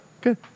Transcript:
Good